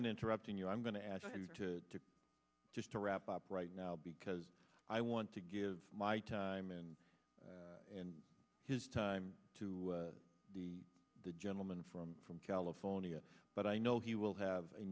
been interrupting you i'm going to ask you to just to wrap up right now because i want to give my time and and his time to the the gentleman from from california but i know he will have a